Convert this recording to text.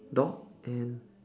dog and